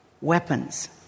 Weapons